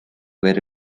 where